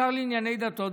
השר לענייני דתות,